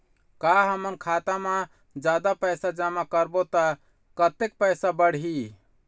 का हमन खाता मा जादा पैसा जमा करबो ता कतेक पैसा बढ़ही?